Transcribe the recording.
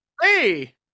hey